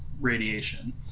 radiation